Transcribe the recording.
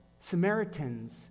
Samaritans